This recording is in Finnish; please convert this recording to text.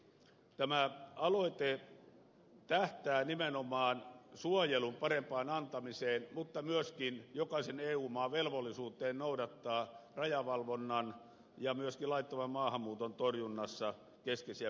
tämä aloite tähtää nimenomaan suojelun parempaan antamiseen mutta myöskin jokaisen eu maan velvollisuuteen noudattaa rajavalvonnan ja myöskin laittoman maahanmuuton torjunnan keskeisiä periaatteita